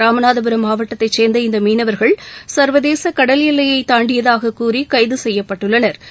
ராமநாதபுரம் மாவட்டத்தைச் சேர்ந்த இந்தமீனவர்கள் சர்வதேச கடல் எல்லையைதாண்டியதாகக்கூறி கைதுசெய்யப்பட்டுள்ளனா்